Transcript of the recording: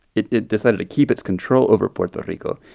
it it decided to keep its control over puerto rico.